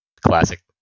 Classic